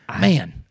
man